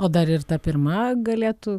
o dar ir ta pirma galėtų